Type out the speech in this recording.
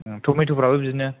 थमेथफोराबो बिदिनो